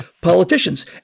politicians